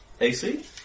AC